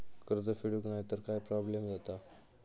कर्ज फेडूक नाय तर काय प्रोब्लेम जाता?